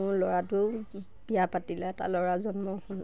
মোৰ ল'ৰাটোৱেও বিয়া পাতিলে এটা ল'ৰা জন্ম হ'ল